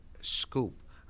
scoop